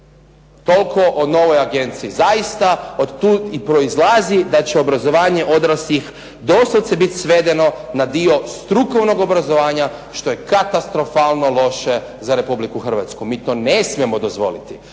Toliko o novoj agenciji. Zaista od tud i proizlazi da će obrazovanje odraslih doslovce biti svedeno na dio strukovnog obrazovanja što je katastrofalno loše za Republiku Hrvatsku. Mi to ne smijemo dozvoliti.